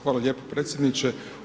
Hvala lijepo, predsjedniče.